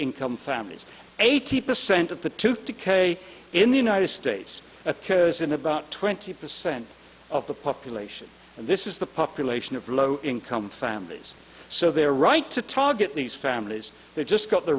income families eighty percent of the tooth decay in the united states occurs in about twenty percent of the population and this is the population of low income families so they're right to target these families they've just got the